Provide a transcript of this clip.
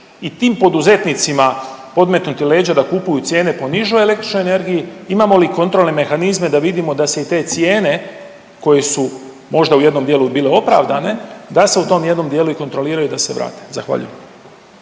i tim poduzetnicima podmetnuti leđa da kupuju cijene po nižoj električnoj energiji imamo li kontrolne mehanizme da vidimo da se i te cijene koje su možda u jednom dijelu bile opravdane, da se u tom jednom dijelu i kontroliraju i da se vrate. Zahvaljujem.